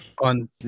On